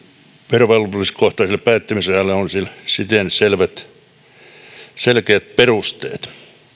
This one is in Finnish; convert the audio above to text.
verovelvolliskohtaiselle päättymisajalle on siten selkeät perusteet